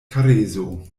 kareso